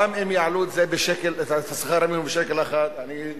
גם אם יעלו את שכר המינימום בשקל אחד, מה,